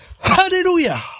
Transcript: hallelujah